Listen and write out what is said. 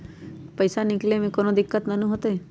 पईसा निकले में कउनो दिक़्क़त नानू न होताई?